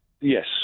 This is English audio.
Yes